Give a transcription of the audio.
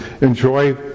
enjoy